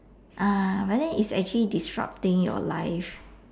ah but then is actually disrupting your life